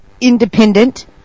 independent